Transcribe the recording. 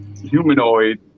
humanoid